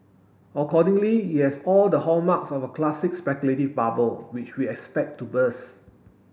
accordingly it has all the hallmarks of a classic speculative bubble which we expect to burst